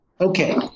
Okay